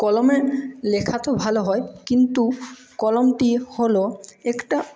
কলমের লেখা তো ভালো হয় কিন্ত কলমটি হল একটা